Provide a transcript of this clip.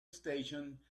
station